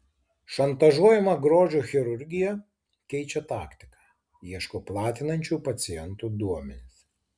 šantažuojama grožio chirurgija keičia taktiką ieško platinančių pacientų duomenis